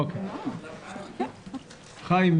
חיים,